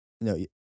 No